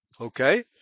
Okay